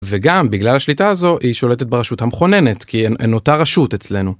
וגם בגלל השליטה הזו היא שולטת ברשות המכוננת כי הן אותה רשות אצלנו.